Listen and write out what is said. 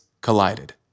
collided